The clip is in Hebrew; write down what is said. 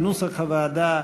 כנוסח הוועדה.